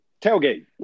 tailgate